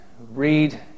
Read